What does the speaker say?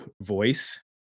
voice